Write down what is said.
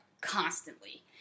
constantly